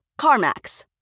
CarMax